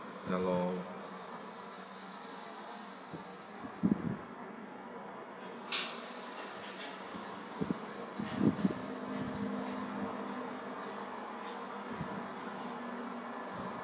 ya lor